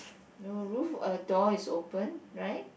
no roof a door is open right